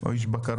או איש בקרה?